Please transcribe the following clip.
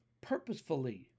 purposefully